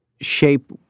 shape